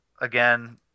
again